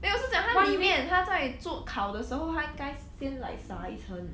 没有我是讲他里面他在做烤的时候他应该先 like 撒一层